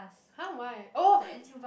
!huh! why oh